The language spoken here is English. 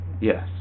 Yes